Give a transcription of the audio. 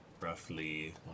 roughly